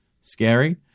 scary